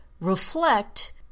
reflect